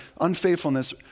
Unfaithfulness